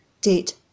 date